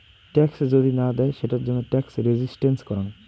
tax যদি না দেয় সেটার তন্ন ট্যাক্স রেসিস্টেন্স করাং